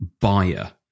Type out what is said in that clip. buyer